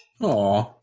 Aw